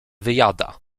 wyjada